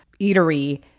eatery